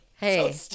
Hey